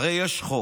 יש חוק,